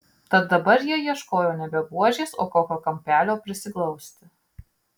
tad dabar jie ieškojo nebe buožės o kokio kampelio prisiglausti